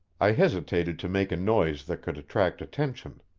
i hesitated to make a noise that could attract attention.